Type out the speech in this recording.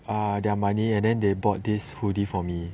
uh their money and then they bought this hoodie for me